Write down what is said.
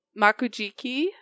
makujiki